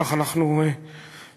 כך אנחנו מקווים,